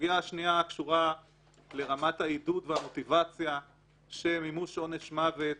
סוגיה השנייה קשורה לרמת העידוד והמוטיבציה שמימוש עונש מוות